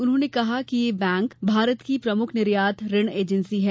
उन्होंने कहा कि एक्जिम बैंक भारत की प्रमुख निर्यात ऋण एजेंसी है